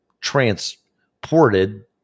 transported